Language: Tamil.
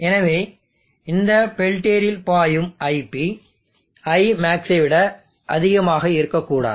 எனவே இந்த பெல்டியரில் பாயும் Ip Imaxஐ விட அதிகமாக இருக்கக்கூடாது